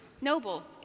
Noble